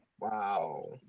wow